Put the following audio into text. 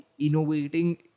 innovating